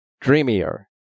Dreamier